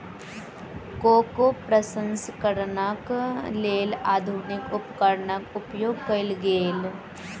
cocoa प्रसंस्करणक लेल आधुनिक उपकरणक उपयोग कयल गेल